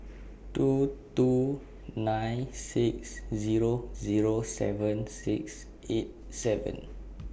two two nine six Zero Zero seven six eight seven